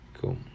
Cool